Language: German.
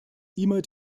immer